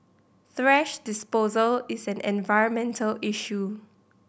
thrash disposal is an environmental issue